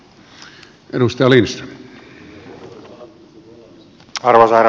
arvoisa herra puhemies